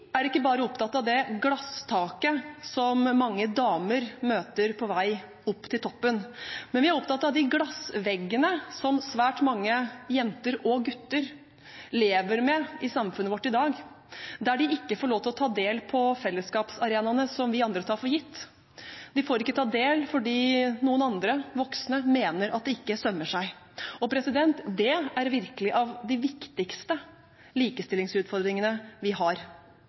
er ikke bare opptatt av det glasstaket som mange damer møter på vei opp til toppen, men vi er opptatt av de glassveggene som svært mange jenter – og gutter – lever med i samfunnet vårt i dag, der de ikke får lov til å ta del på de fellesskapsarenaene som vi andre tar for gitt. De får ikke ta del fordi noen andre, voksne, mener at det ikke sømmer seg. Og det er virkelig av de viktigste likestillingsutfordringene vi har,